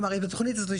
כלומר בתוכנית הזו,